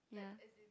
yeah